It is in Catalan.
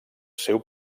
seu